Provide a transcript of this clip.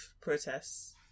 protests